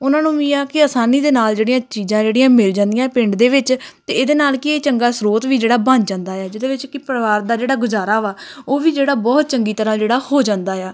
ਉਹਨਾਂ ਨੂੰ ਵੀ ਆ ਕਿ ਆਸਾਨੀ ਦੇ ਨਾਲ ਜਿਹੜੀਆਂ ਚੀਜ਼ਾਂ ਜਿਹੜੀਆਂ ਮਿਲ ਜਾਂਦੀਆਂ ਪਿੰਡ ਦੇ ਵਿੱਚ ਅਤੇ ਇਹਦੇ ਨਾਲ ਕੀ ਚੰਗਾ ਸਰੋਤ ਵੀ ਜਿਹੜਾ ਬਣ ਜਾਂਦਾ ਆ ਜਿਹਦੇ ਵਿੱਚ ਕਿ ਪਰਿਵਾਰ ਦਾ ਜਿਹੜਾ ਗੁਜ਼ਾਰਾ ਵਾ ਉਹ ਵੀ ਜਿਹੜਾ ਬਹੁਤ ਚੰਗੀ ਤਰ੍ਹਾਂ ਜਿਹੜਾ ਹੋ ਜਾਂਦਾ ਆ